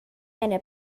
eine